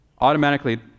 automatically